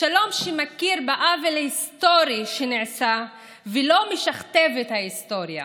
שלום של מי שמכיר בעוול ההיסטורי שנעשה ולא משכתב את ההיסטוריה.